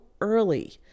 early